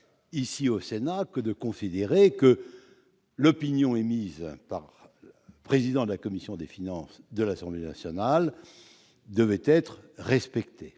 courtoisie de considérer que l'avis émis par le président de la commission des finances de l'Assemblée nationale devait être respecté.